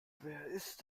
ist